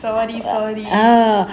sorry sorry